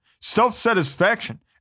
self-satisfaction